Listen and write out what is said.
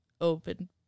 open